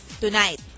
tonight